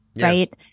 right